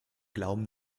glauben